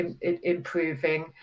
improving